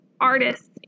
artists